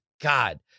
god